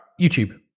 YouTube